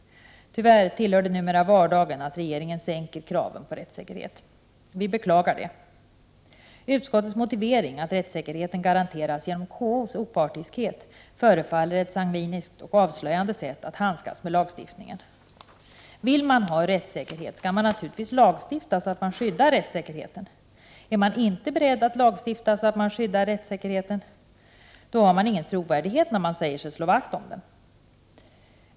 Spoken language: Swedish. Tyvärr tillhör det numera vardagen att regeringen sänker kraven på rättssäkerhet. Vi beklagar det. Utskottets motivering att rättssäkerheten garanteras genom KO:s opartiskhet förefaller vara ett sangviniskt och avslöjande sätt att handskas med lagstiftningen. Vill man ha rättssäkerhet skall man naturligtvis lagstifta så att man skyddar rättssäkerheten. Är man inte beredd att lagstifta så att man skyddar rättssäkerheten, har man ingen trovärdighet när man säger sig slå vakt om den.